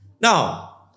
Now